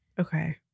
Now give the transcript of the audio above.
Okay